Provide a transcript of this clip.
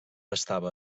estava